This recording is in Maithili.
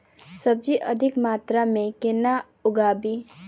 सब्जी अधिक मात्रा मे केना उगाबी?